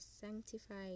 sanctified